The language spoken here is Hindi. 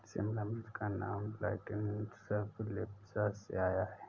शिमला मिर्च का नाम लैटिन शब्द लेप्सा से आया है